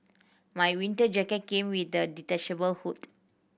my winter jacket came with a detachable hood